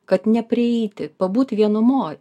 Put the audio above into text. kad neprieiti pabūt vienumoj